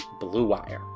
BlueWire